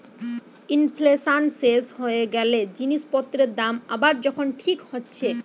inflation শেষ হয়ে গ্যালে জিনিস পত্রের দাম আবার যখন ঠিক হচ্ছে